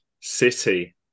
City